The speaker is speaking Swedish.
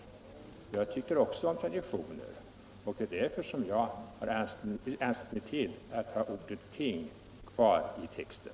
Även jag tycker om traditioner, och därför vill jag behålla ordet ting i lagtexten.